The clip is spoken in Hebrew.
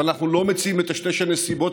אבל אנחנו לא מציעים לטשטש את הנסיבות,